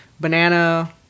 banana